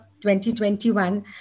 2021